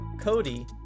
Cody